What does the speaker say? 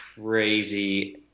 crazy